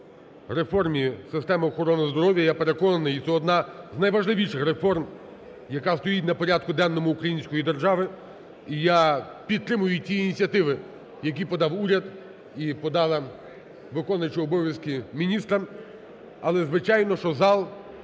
реформі системи охорони здоров'я. І, я переконаний, це одна з найважливіших реформ, яка стоїть на порядку денному української держави. І я підтримую ті ініціативи, які подав уряд і подала виконуюча обов'язки міністра. Але, звичайно, що зал